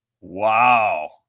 Wow